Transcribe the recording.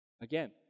Again